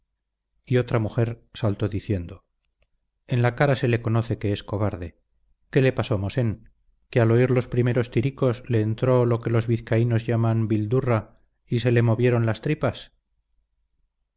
y otra mujer saltó diciendo en la cara se le conoce que es cobarde qué le pasó mosén que al oír los primeros tiricos le entró lo que los vizcaínos llaman bildurra y se le movieron las tripas